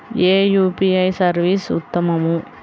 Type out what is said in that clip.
ఏ UPI service ఉత్తమము?